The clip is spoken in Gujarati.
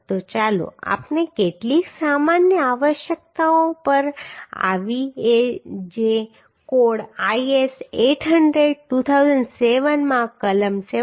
તો ચાલો આપણે કેટલીક સામાન્ય આવશ્યકતાઓ પર આવીએ જે કોડ IS 800 2007 માં કલમ 7